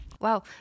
Wow